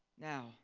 Now